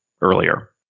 earlier